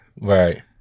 Right